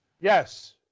Yes